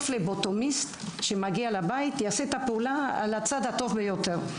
פבלוטומיסט שמגיע לבית יעשה את העבודה על הצד הטוב ביותר.